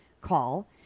call